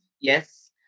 yes